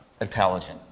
intelligent